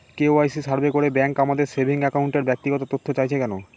KYC survey করে bank আমাদের saving অ্যাকাউন্টের ব্যক্তিগত তথ্য চাইছে কেন?